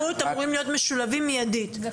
שלושה אנשים דוברי השפה שיוכלו לאפשר לילדים